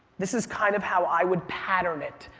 this is kind of how i would pattern it.